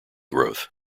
growth